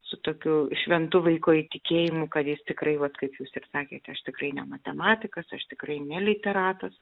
su tokiu šventu vaiko įtikėjimu kad jis tikrai vat kaip jūs ir sakėte aš tikrai ne matematikas aš tikrai ne literatas